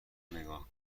نگاه